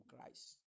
Christ